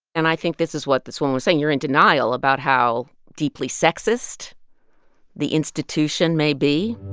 and i think this is what this woman was saying, you're in denial about how deeply sexist the institution may be